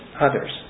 others